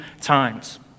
times